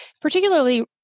particularly